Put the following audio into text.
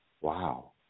wow